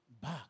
back